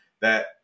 that-